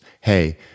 hey